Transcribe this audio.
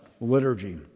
liturgy